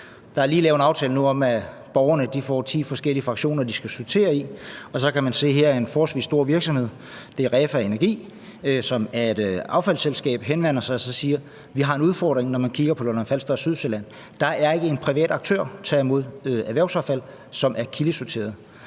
Der er lige lavet en aftale om, at borgerne nu får ti forskellige fraktioner, de skal sortere efter. Og man kan så her se en forholdsvis stor virksomhed, det er REFA Energi, som er et affaldsselskab, som henvender sig og siger: Vi har en udfordring i forhold til Lolland-Falster og Sydsjælland; der er ikke en privat aktør til at tage imod erhvervsaffald, som er kildesorteret.